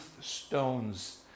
stones